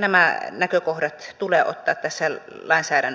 nämä näkökohdat tulee ottaa tässä lainsäädännössä huomioon